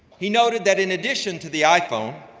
he noted that in addition to the iphone,